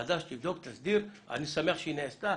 בקשתנו ועדה שתבדוק ותסדיר, אני שמח שהיא נעשתה.